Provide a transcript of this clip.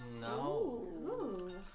No